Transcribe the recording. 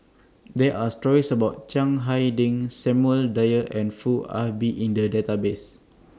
There Are stories about Chiang Hai Ding Samuel Dyer and Foo Ah Bee in The Database